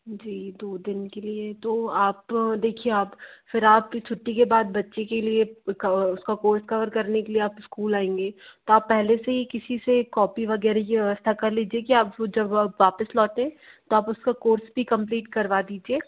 जी दो दिन के लिए तो आप देखिए आप फिर आप इस छुट्टी के बाद बच्चे के लिए उसका उसका कोर्स कभर करने के लिए आप स्कूल आएंगे तो आप पहले से ही किसी से कॉपी वगैरह की व्यवस्था कर लीजिए की आप वह जब आप वापस लौटें तो आप उसका कोर्स भी कमप्लीट करवा दीजिए